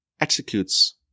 executes